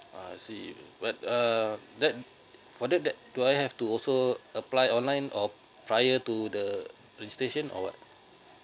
I see what uh that for that that do I have to also apply online or prior to the registration or what